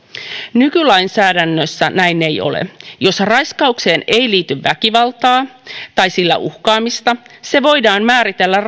nykylainsäädännössä näin ei ole jos raiskaukseen ei liity väkivaltaa tai sillä uhkaamista se voidaan määritellä